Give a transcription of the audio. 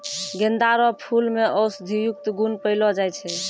गेंदा रो फूल मे औषधियुक्त गुण पयलो जाय छै